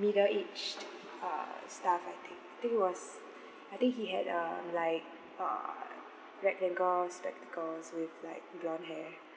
middle aged uh staff I think think he was I think he had uh like uh rectangle spectacles with like blonde hair